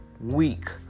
week